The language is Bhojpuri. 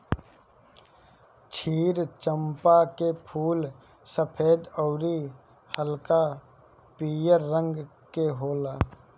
क्षीर चंपा के फूल सफ़ेद अउरी हल्का पियर रंग के होला